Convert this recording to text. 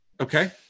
Okay